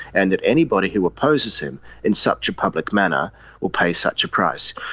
and that anybody who opposes him in such a public manner will pay such a price.